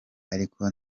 ariko